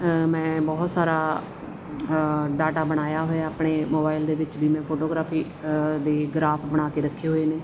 ਮੈਂ ਬਹੁਤ ਸਾਰਾ ਡਾਟਾ ਬਣਾਇਆ ਹੋਇਆ ਆਪਣੇ ਮੋਬਾਇਲ ਦੇ ਵਿੱਚ ਵੀ ਮੈਂ ਫੋਟੋਗ੍ਰਾਫੀ ਦੇ ਗਰਾਫ ਬਣਾ ਕੇ ਰੱਖੇ ਹੋਏ ਨੇ